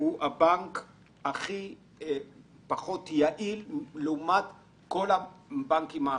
הוא הבנק הכי פחות יעיל לעומת כל הבנקים האחרים.